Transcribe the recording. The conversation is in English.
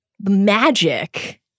magic